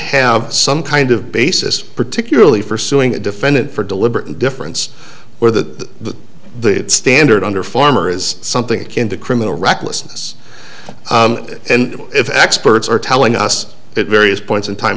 have some kind of basis particularly for suing a defendant for deliberate indifference where the the standard under former is something akin to criminal recklessness and if experts are telling us that various points in time